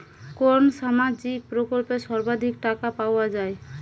কোন সামাজিক প্রকল্পে সর্বাধিক টাকা পাওয়া য়ায়?